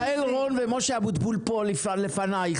יעל רון ומשה אבוטבול פה לפניך,